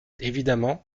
évidemment